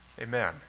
Amen